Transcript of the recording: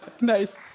Nice